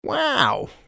Wow